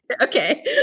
Okay